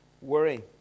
Worry